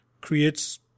creates